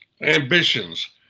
ambitions